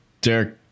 Derek